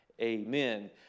Amen